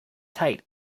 tate